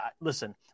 Listen